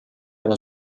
allo